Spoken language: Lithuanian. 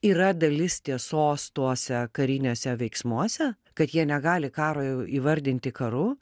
yra dalis tiesos tuose kariniuose veiksmuose kad jie negali karo įvardinti karu